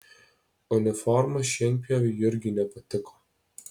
uniforma šienpjoviui jurgiui nepatiko